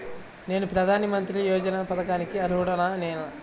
నేను ప్రధాని మంత్రి యోజన పథకానికి అర్హుడ నేన?